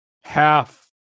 half